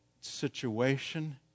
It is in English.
situation